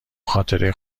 خاطره